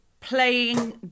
playing